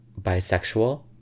bisexual